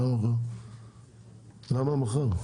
למה מחר?